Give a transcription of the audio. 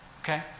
Okay